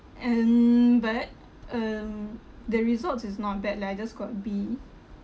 and but um the results is not bad lah I just got B